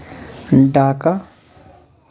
Dhaka